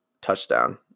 touchdown